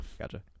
gotcha